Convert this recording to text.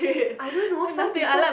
I don't know some people